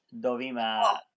Dovima